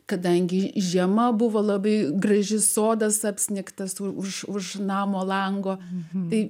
kadangi žiema buvo labai graži sodas apsnigtas už namo lango bei